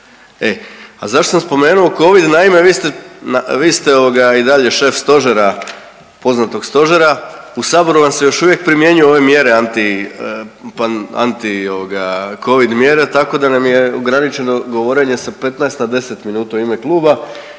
a zašto sam spomenuo Covid? Naime, vi ste, vi ste ovoga i dalje šef stožera, poznatog stožera. U saboru vam se još uvijek primjenjuju ove mjere anti, anti ovoga Covid mjere tako da nam je ograničeno govorenje sa 15 na 10 minuta u ime kluba